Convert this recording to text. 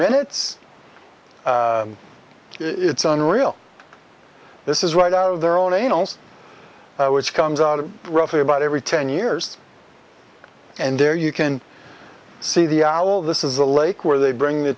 minutes it's unreal this is right out of their own angels which comes out of roughly about every ten years and there you can see the ol this is a lake where they bring the